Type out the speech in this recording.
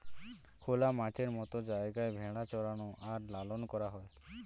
খোলা মাঠের মত জায়গায় ভেড়া চরানো আর লালন করা হয়